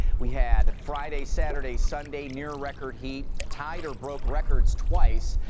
we had friday, saturday, sunday near record heat, tied or broke records twice,